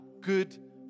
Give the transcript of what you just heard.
good